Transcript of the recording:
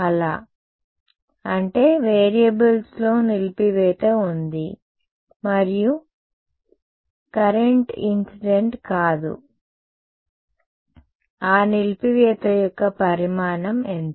అలా అంటే వేరియబుల్స్లో నిలిపివేత ఉంది మరియు కరెంట్ ఇన్సిడెంట్ కాదు ఆ నిలిపివేత యొక్క పరిమాణం ఎంత